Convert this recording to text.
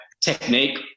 technique